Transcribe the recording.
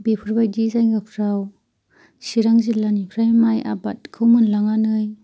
बेफोरबायदि जायगाफोराव चिरां जिल्लानिफ्राय माइ आबादखौ मोनलांनानै